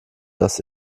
dass